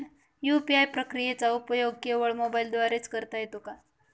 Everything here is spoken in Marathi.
यू.पी.आय प्रक्रियेचा उपयोग केवळ मोबाईलद्वारे च करता येतो का?